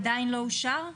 עדיין לא אושר?